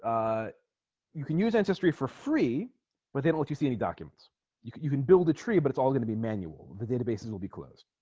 ah you can use ancestry for free but they don't let you see any documents you can you can build a tree but it's all gonna be manual the databases will be closed